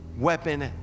weapon